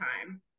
time